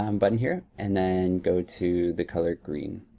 um button here. and then go to the color green,